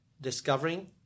discovering